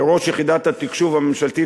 לראש יחידת התקשוב הממשלתית,